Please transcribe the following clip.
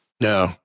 No